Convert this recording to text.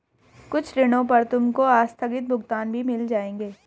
कुछ ऋणों पर तुमको आस्थगित भुगतान भी मिल जाएंगे